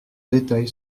détail